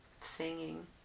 singing